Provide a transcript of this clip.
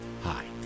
Hi